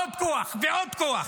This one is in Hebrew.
עוד כוח ועוד כוח.